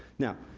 now,